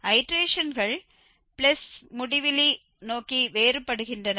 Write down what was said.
ஐடேரேஷன்கள் plus முடிவிலி நோக்கி வேறுபடுகின்றன